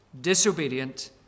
disobedient